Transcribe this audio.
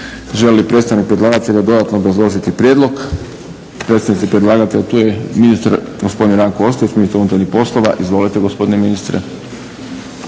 li predstavnik predlagatelja dodatno obrazložiti prijedlog? Predstavnici predlagatelja tu je ministar gospodin Ranko Ostojić ministar unutarnjih poslova. Izvolite gospodine ministre.